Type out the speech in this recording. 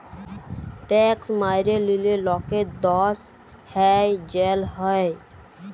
tax ম্যাইরে লিলে লকের দস হ্যয় জ্যাল হ্যয়